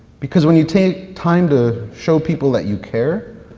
because when you take time to show people that you care,